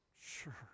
Sure